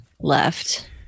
left